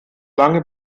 lange